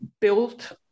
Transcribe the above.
built